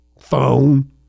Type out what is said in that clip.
phone